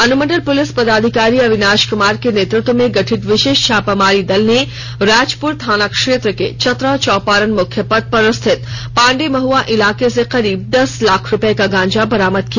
अनुमंडल पुलिस पदाधिकारी अविनाश कुमार के नेतृत्व में गठित विशेष छापामारी दल ने राजपुर थाना क्षेत्र के चतरा चौपारण मुख्य पथ पर स्थित पांडे महआ इलाके से करीब दस लाख रुपये का गांजा बरामद किया